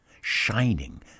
Shining